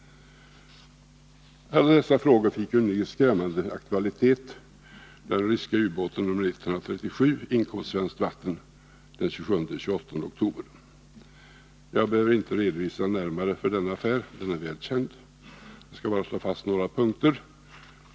Alla dessa frågor fick en ny och skrämmande aktualitet när den ryska ubåten nr 137 inkom på svenskt vatten den 27-28 oktober. Jag behöver inte redogöra närmare för denna affär, den är välkänd. Jag skall bara slå fast några punkter.